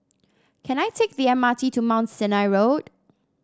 can I take the M R T to Mount Sinai Road